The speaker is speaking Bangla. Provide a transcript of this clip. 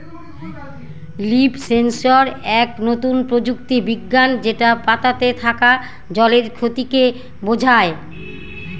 লিফ সেন্সর এক নতুন প্রযুক্তি বিজ্ঞান যেটা পাতাতে থাকা জলের ক্ষতিকে বোঝায়